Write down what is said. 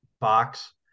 box